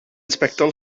sbectol